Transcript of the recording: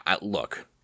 look